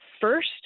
first